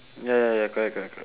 ya ya correct correct correct